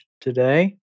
today